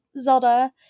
Zelda